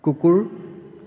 কুকুৰ